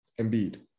Embiid